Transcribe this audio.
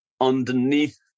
underneath